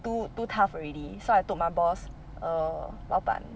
too too tough already so I told my boss err 老板